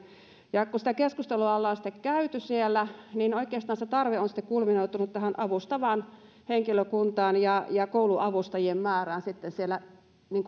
kun sitä keskustelua ollaan sitten käyty siellä niin oikeastaan se tarve on kulminoitunut avustavaan henkilökuntaan ja ja kouluavustajien määrään siellä